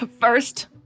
first